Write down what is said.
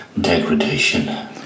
Degradation